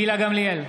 גילה גמליאל,